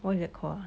what is that call ah